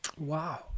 Wow